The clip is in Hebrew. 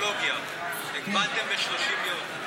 הגבלתם ב-30 יום.